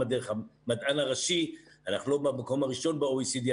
דרך המדען הראשי אנחנו לא במקום הראשון ב-OECD,